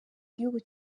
gihugu